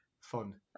fun